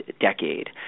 Decade